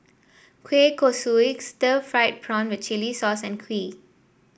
Kueh Kosui Stir Fried Prawn with Chili Sauce and kuih